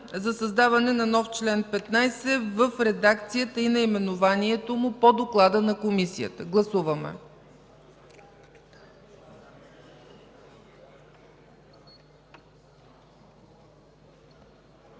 за създаване на нов чл. 15 в редакцията и наименованието му по доклада на Комисията. Гласуваме.